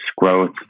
growth